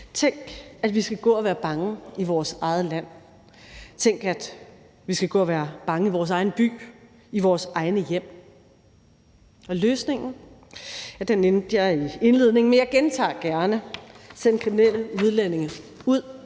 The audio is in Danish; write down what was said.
Tænk, at vi skal gå og være bange i vores eget land. Tænk, at vi skal gå og være bange i vores egen by og i vores egne hjem. Og løsningen? Ja, den nævnte jeg i indledningen, men jeg gentager gerne. Send kriminelle udlændinge ud,